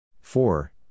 four